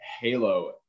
halo